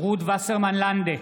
רות וסרמן לנדה,